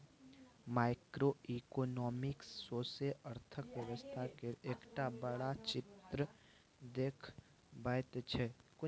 micro economics सौसें अर्थक व्यवस्था केर एकटा बड़का चित्र देखबैत छै